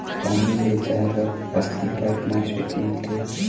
पानी ले जाय बर हसती पाइप मा छूट मिलथे?